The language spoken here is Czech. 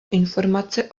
informace